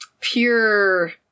pure